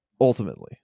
ultimately